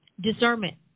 discernment